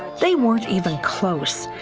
they weren't even close.